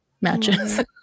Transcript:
matches